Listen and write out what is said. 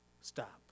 Stop